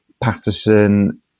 Patterson